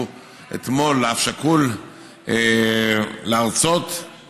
שאתמול אמור היה אב שכול להרצות שם.